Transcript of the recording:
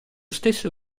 stesso